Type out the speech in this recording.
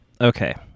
Okay